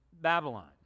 Babylon